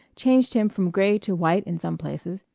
changed him from gray to white in some places,